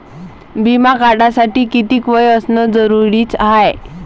बिमा भरासाठी किती वय असनं जरुरीच हाय?